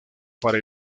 para